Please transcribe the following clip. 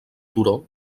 turó